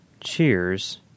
Cheers